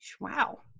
Wow